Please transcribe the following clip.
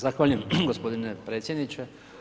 Zahvaljujem gospodine predsjedniče.